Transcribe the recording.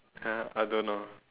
!huh! I don't know